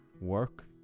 work